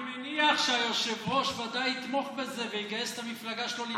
אני מניח שהיושב-ראש ודאי יתמוך בזה ויגייס את המפלגה שלו לתמוך בזה.